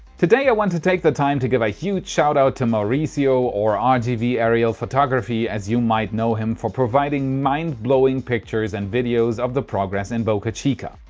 today i want to take the time to give a huge shout out to mauricio or um rgv aerial photography as you might know him, for providing mind blowing pictures and videos of the progress in boca chica.